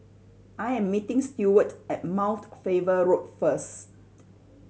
I am meeting Stuart at Mount Faber Road first